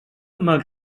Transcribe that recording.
mal